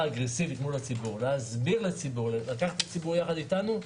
אגרסיבית מול הציבור ולקחת את הציבור יחד איתנו.